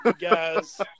Guys